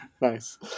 Nice